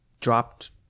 dropped